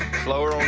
slower.